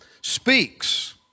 speaks